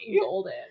golden